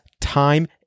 time